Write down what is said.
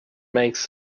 makes